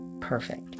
perfect